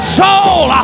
soul